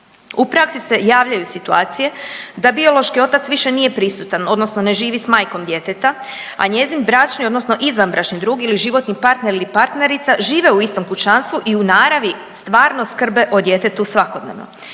U praksi se javljaju situacije da biološki otac više nije prisutan odnosno ne živi s majkom djeteta, a njezin bračni odnosno izvanbračni drug ili životni partner ili partnerica žive u istom kućanstvu i u naravi stvarno skrbe o djetetu svakodnevno.